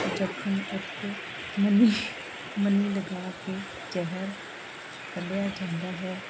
ਜ਼ਖਮ ਉੱਤੇ ਮਨੀ ਮਨੀ ਲਗਾ ਕੇ ਜ਼ਹਿਰ ਕੱਢਿਆ ਜਾਂਦਾ ਹੈ